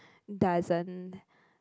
doesn't